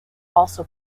also